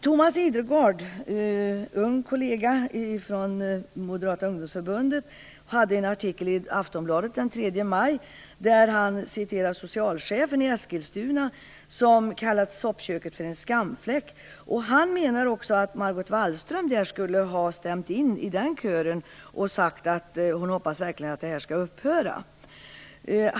Thomas Idergard, en ung kollega till mig från Moderata ungdomsförbundet, hade en artikel i Aftonbladet den 3 maj i vilken han citerade socialchefen i Eskilstuna, som kallat soppköket för "en skamfläck". Thomas Idergard menade i sin artikel att Margot Wallström skulle ha stämt i den kören och sagt att hon verkligen hoppades att verksamheten med soppkök skall upphöra.